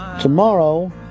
tomorrow